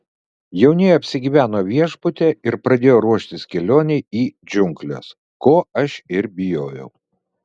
jaunieji apsigyveno viešbutyje ir pradėjo ruoštis kelionei į džiungles ko aš ir bijojau